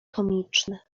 komiczny